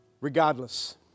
regardless